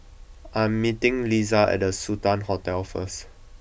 I am meeting Liza at The Sultan Hotel first